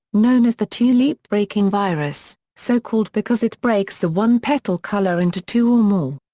known as the tulip breaking virus, so called because it breaks the one petal color into two or more.